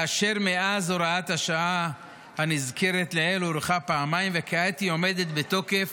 ומאז הוראת השעה הנזכרת לעיל הוארכה פעמיים וכעת היא עומדת בתוקף